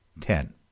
ten